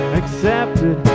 accepted